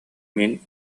мин